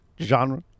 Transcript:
genre